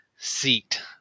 seat